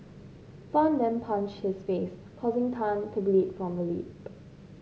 fan then punched his face causing Tan to bleed from the lip